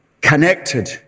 connected